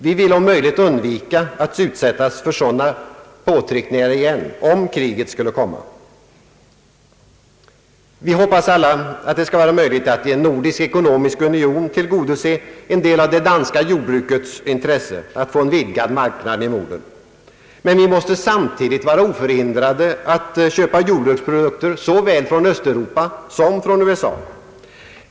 Vi vill om möjligt undvika att utsättas för sådana påtryckningar igen om kriget skulle kom Mar; Vi hoppas alla att det skall vara möjligt att i en nordisk ekonomisk union tillgodose en del av det danska jordbrukets intresse att få en vidgad marknad i Norden, men vi måste samtidigt vara oförhindrade att köpa jordbruksprodukter såväl från Östeuropa som från USA.